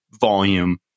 volume